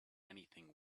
anything